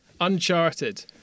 Uncharted